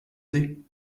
sie